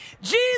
Jesus